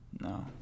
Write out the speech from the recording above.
No